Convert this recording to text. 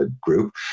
group